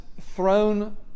thrown